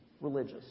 religious